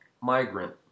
migrant